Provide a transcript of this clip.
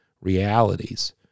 realities